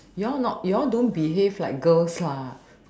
you all not you all don't behave like girls lah